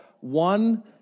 one